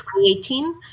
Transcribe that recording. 2018